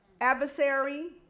adversary